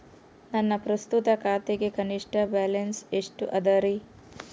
ನನ್ನ ಪ್ರಸ್ತುತ ಖಾತೆಗೆ ಕನಿಷ್ಠ ಬ್ಯಾಲೆನ್ಸ್ ಎಷ್ಟು ಅದರಿ?